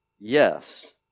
Yes